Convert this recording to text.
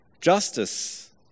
Justice